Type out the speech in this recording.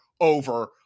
over